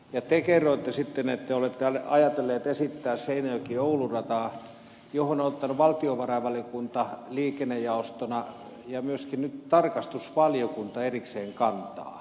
te kerroitte sitten että olette ajatellut esittää seinäjokioulu rataa johon ovat ottaneet valtiovarainvaliokunta liikennejaostona ja myöskin nyt tarkastusvaliokunta erikseen kantaa